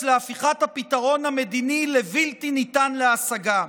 להפיכת הפתרון המדיני לבלתי ניתן להשגה.